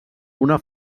una